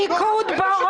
התכבדו ובאו